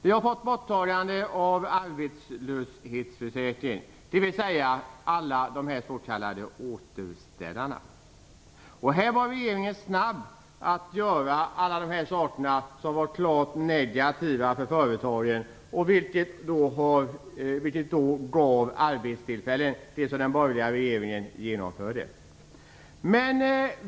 Man har tagit bort arbetslöshetsförsäkringen, dvs. alla de s.k. återställarna. Regeringen var snabb med att göra detta som var negativt för företagen, medan det gavs arbetstillfällen med det som den borgerliga regeringen genomförde.